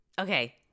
Okay